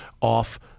off